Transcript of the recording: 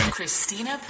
Christina